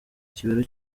kibero